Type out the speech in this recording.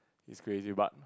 it's crazy but